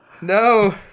no